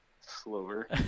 slower